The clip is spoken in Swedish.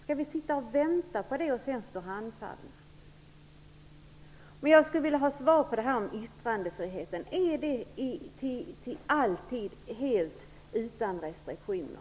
Skall vi sitta och vänta på det och sedan stå handfallna? Jag skulle vilja ha svar på om detta med yttrandefriheten alltid är helt utan restriktioner.